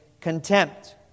contempt